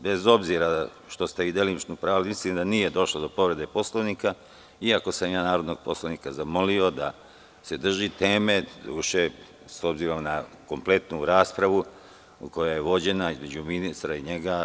Bez obzira što ste delimično u pravu, mislim da nije došlo do povrede Poslovnika, iako sam ja narodnog poslanika zamolio da se drži teme, s obzirom na kompletnu raspravu koja je vođena između ministra i njega.